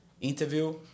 interview